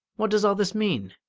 what does all this mean?